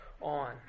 on